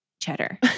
cheddar